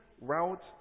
route